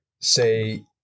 say